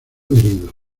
herido